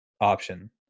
option